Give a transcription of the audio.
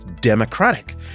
democratic